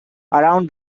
around